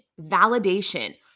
validation